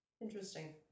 Interesting